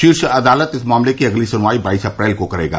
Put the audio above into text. शीर्ष अदालत इस मामले की अगली सुनवाई बाईस अप्रैल को करेगा